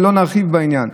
ולא נרחיב בעניין.